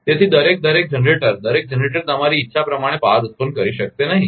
તેથી દરેક દરેક જનરેટર દરેક જનરેટર તમારી ઇચ્છા પ્રમાણે પાવર ઉત્પન્ન કરી શકશે નહીં